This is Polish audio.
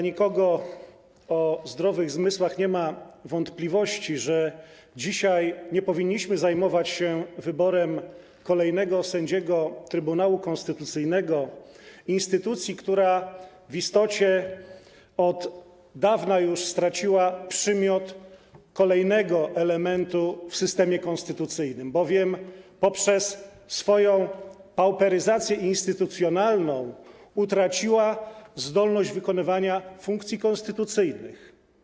Nikt o zdrowych zmysłach nie ma wątpliwości, że dzisiaj nie powinniśmy zajmować się wyborem kolejnego sędziego Trybunału Konstytucyjnego, instytucji, która w istocie od dawna już straciła przymiot kolejnego elementu w systemie konstytucyjnym, bowiem poprzez swoją pauperyzację instytucjonalną utraciła zdolność wykonywania funkcji konstytucyjnych.